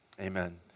Amen